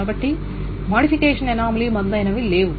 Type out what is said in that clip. కాబట్టి modification anomaly మొదలైనవి లేవు